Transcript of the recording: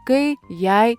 kai jei